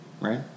Right